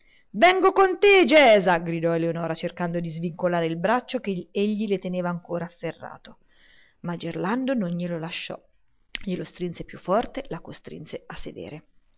vengo con te gesa gridò eleonora cercando di svincolare il braccio che egli le teneva ancora afferrato ma gerlando non glielo lasciò glielo strinse più forte la costrinse a sedere